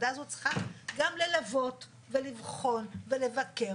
הוועדה הזאת צריכה ללוות ולבחון ולבקר